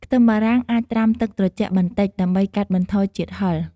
ខ្ទឹមបារាំងអាចត្រាំទឹកត្រជាក់បន្តិច ដើម្បីកាត់បន្ថយជាតិហឹរ។